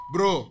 Bro